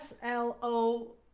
SLO